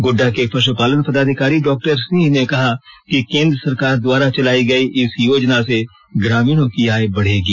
गोड़डा के पश्पालन पदाधिकारी डॉक्टर सिंह ने कहा कि केंद्र सरकार द्वारा चलाई गई इस योजना से ग्रामीणों की आय बढ़ेगी